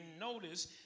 notice